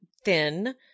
thin